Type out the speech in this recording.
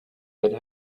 had